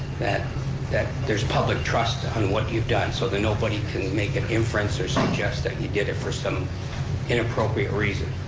that that there's public trust on what you've done so that nobody can make an inference or suggest that you did it for some inappropriate reason.